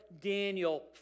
Daniel